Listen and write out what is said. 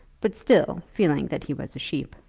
but still feeling that he was a sheep.